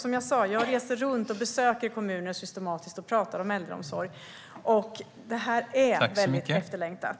Som jag sa reser jag runt och besöker kommuner systematiskt och pratar om äldreomsorg, och detta är väldigt efterlängtat.